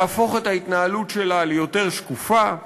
להפוך את ההתנהלות שלה ליותר שקופה,